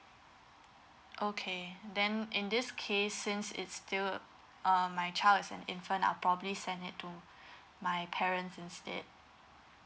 okay then in this case since it's still uh my child is an infant I'll probably send it to my parents instead